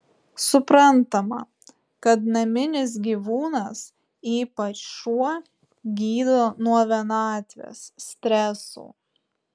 suprantama kad naminis gyvūnas ypač šuo gydo nuo vienatvės stresų